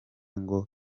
ngo